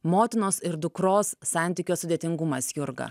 motinos ir dukros santykio sudėtingumas jurga